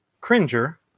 Cringer